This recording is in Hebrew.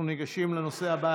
אנחנו ניגשים לנושא הבא,